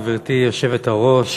גברתי היושבת-ראש,